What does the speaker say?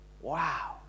Wow